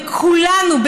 בכולנו,